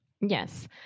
yes